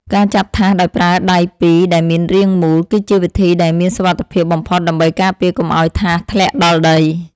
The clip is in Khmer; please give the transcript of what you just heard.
ការចាប់ថាសដោយប្រើដៃពីរដែលមានរាងមូល គឺជាវិធីដែលមានសុវត្ថិភាពបំផុតដើម្បីការពារកុំឱ្យថាសធ្លាក់ដល់ដី។